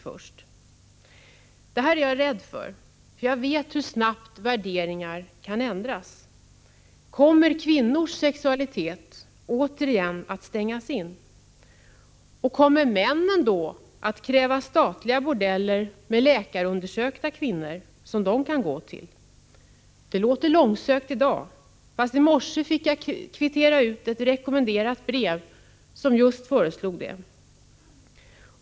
Jag är rädd för utvecklingen i framtiden, för jag vet hur snabbt värderingar kan ändras. Kommer kvinnors sexualitet återigen att stängas in? Kommer männen då att kräva statliga bordeller med läkarundersökta kvinnor, som de kan gå till? Det låter långsökt i dag, fast i morse fick jag kvittera ut ett rekommenderat brev från en person som föreslog just detta.